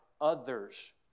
others